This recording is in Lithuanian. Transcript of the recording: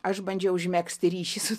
aš bandžiau užmegzti ryšį su